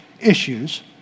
issues